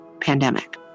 pandemic